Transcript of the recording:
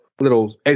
little